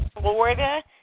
Florida